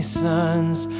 sons